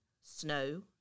Snow